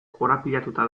korapilatuta